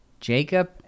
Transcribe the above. Jacob